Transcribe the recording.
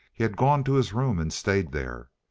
he had gone to his room and stayed there.